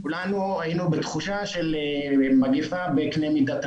כולנו היינו בתחושה של מגיפה בקנה מידה ענקי,